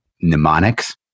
mnemonics